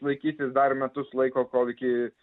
laikysis dar metus laiko kol iki